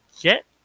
get